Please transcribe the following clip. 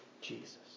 Jesus